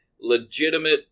legitimate